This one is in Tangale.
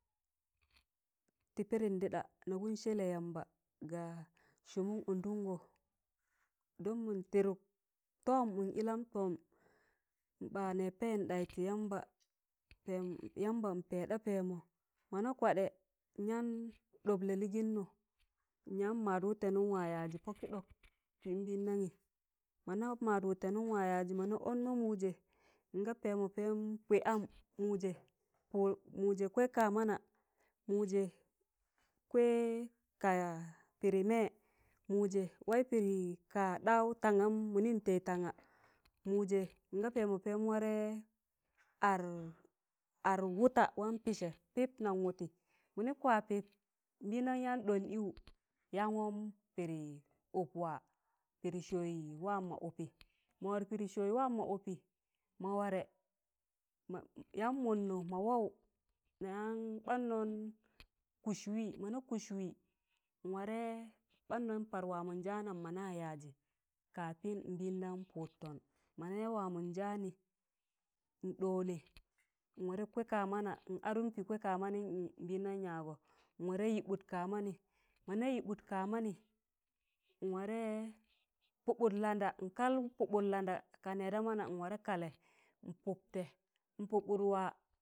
Tị pịdịn dịịḍa nagụn sẹlẹ yamba ga sụmụm ọndụngọ don mịn tịdụk tọm mịn ịlam tọm n ḅa nẹẹs payịn dayị tị yamba pẹm yamba n payụk ḍa pẹẹmọ mọna kwadẹ nɗọb lalịịgịnnọ nyan mad wụtẹnụm maa yajị pọkị ɗọk tị nbịndamị mọna mad wụtẹnụm maa yajị mọna ọọn ma mụjẹ nga pẹẹmọ pẹẹm gwaị am mụjẹ kwẹị kamana mụjẹ kwẹị ka pịdị mẹẹ mụjẹ waị pịdị kaa daụ tangam mịnị tẹị tanga mụjẹ nga pẹẹmọ pẹẹm warẹ ar wụta waan pịsẹ pịb nan wụtị mịnị kwa pịb nbịndam yaan ɗọn ịwụ yaan waụ pịdị ụp waa pịdị sọọụ waam ma ụpị ma wa pịdị sọọu waam maa ụpị ma warẹ yaan mọnnọ ma waaụ nayan ɓadnọn kụs wịị mọna kụs wịị nwarẹ ɓadnọn paar waamọn janam mọna waa yaajị kapin nbẹẹndam pụdtọn mọna ya waamọn jaanị nɗọnẹ nwarẹ kwẹị ka mana n adụn pịị kwẹị kamanịm nbịndam yaagọ nwarẹ yịḅụt kaamanị, mọna yịḅụt kaamanị nwarẹ pụḅụt landa nkal pụbụt ka nẹẹ da mana nwarẹ kalẹ npụḅtẹ, npụḅụt waa.